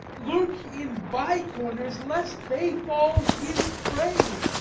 lurks in bye-corners lest they fall his prey.